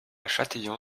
châtillon